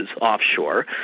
offshore